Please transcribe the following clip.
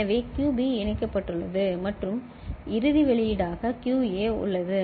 எனவே கியூபி இணைக்கப்பட்டுள்ளது மற்றும் இறுதி வெளியீடாக கியூஏ உள்ளது